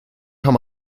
kann